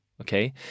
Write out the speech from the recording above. Okay